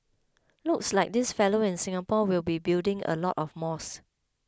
looks like this fellow in Singapore will be building a lot of mosques